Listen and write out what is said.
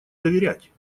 доверять